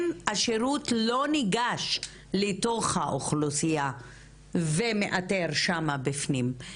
השירות לא ניגש לתוך האוכלוסייה ומאתר שם בפנים,